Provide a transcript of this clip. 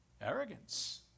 Arrogance